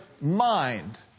mind